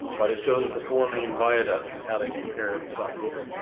but it shows the four main viaducts, and how they compare in size.